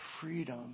freedom